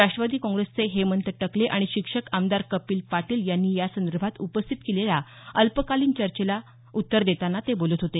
राष्ट्रवादी काँग्रेसचे हेमंत टकले आणि शिक्षक आमदार कपिल पाटील यांनी यासंदर्भात उपस्थित केलेल्या अल्पकालीन चर्चेला ते काल उत्तर देत होते